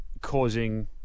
causing